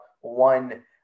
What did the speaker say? one